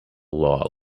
law